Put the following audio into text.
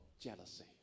jealousy